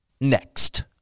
Next